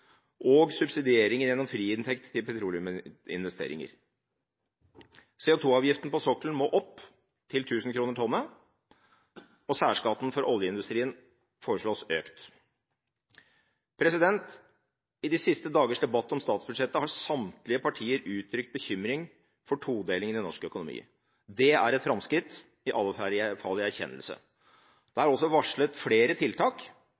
og subsidieringer gjennom friinntekt til petroleumsinvesteringer. CO2-avgiften på sokkelen må opp til 1 000 kr tonnet, og særskatten for oljeindustrien foreslås økt. I de siste dagers debatt om statsbudsjettet har samtlige partier uttrykt bekymring for todelingen i norsk økonomi. Det er et framskritt – i alle fall i erkjennelse. Det er også varslet flere tiltak,